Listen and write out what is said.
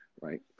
right